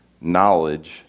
knowledge